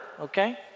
okay